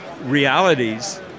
Realities